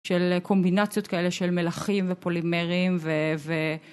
של קומבינציות כאלה של מלחים ופולימרים ו..